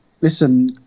listen